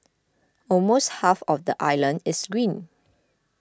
almost half of the island is green